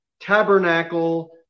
tabernacle